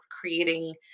creating